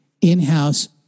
in-house